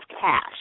cash